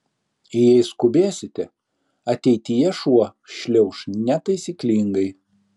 jei skubėsite ateityje šuo šliauš netaisyklingai